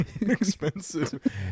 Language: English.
expensive